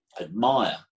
admire